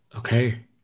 Okay